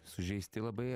sužeisti labai